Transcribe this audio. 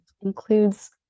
includes